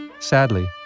Sadly